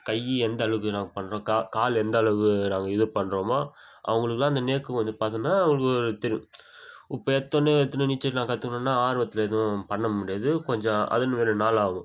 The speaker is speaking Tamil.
கை எந்த அளவுக்கு நாங்கள் பண்ணுறோம் கா கால் எந்த அளவுக்கு நாங்கள் இது பண்ணுறோமோ அவங்களுக்குலாம் அந்த நேக்கு வந்து பார்த்தீங்கன்னா அவங்களுக்கு தெரியும் இப்போ எடுத்தோன்னே எடுத்தோன்னே நீச்சல் நான் கற்றுக்கணுன்னா ஆர்வத்தில் எதுவும் பண்ண முடியாது கொஞ்சம் அதே மாரி நாள் ஆகும்